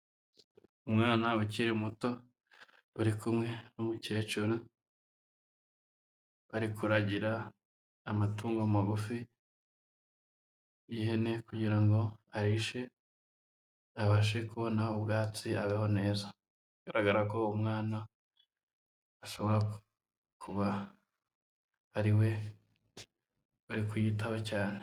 Umwana ukiri muto bari kumwe n'umukecuru, bari kuragira amatungo magufi y'ihene kugira ngo arishe abashe kubona ubwatsi abeho neza, bigaragara ko umwana ashobora kuba ari we uri kuyitaho cyane.